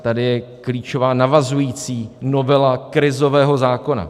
Tady je klíčová navazující novela krizového zákona.